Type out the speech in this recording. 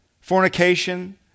fornication